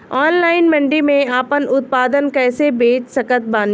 Online मंडी मे आपन उत्पादन कैसे बेच सकत बानी?